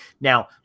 Now